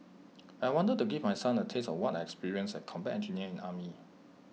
I wanted to give my son A taste of what I experienced as A combat engineer in the army